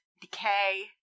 decay